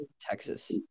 Texas